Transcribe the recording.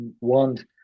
want